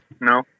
No